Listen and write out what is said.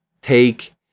take